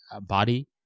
body